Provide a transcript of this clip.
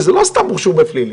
וזה לא סתם הורשעו בפלילים.